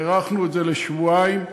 הארכנו את זה לשבועיים.